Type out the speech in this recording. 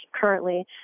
currently